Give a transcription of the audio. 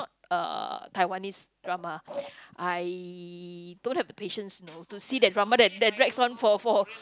uh Taiwanese drama I don't have the patience you know to see the drama that that drags on for for